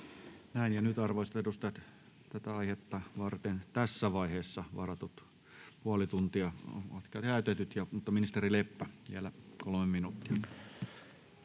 Näin. — Ja nyt, arvoisat edustajat, tätä aihetta varten tässä vaiheessa varattu puoli tuntia on käytetty. — Mutta ministeri Leppä vielä, 3 minuuttia.